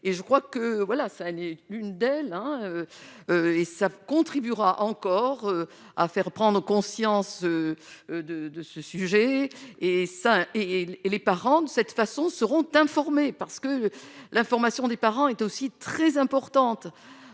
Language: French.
et je crois que, voilà, ça, l'une d'elles un et savent contribuera encore à faire prendre conscience de de ce sujet et ça et et et les parents de cette façon, seront informés parce que l'information des parents est aussi très importante,